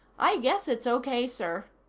i guess it's okay, sir,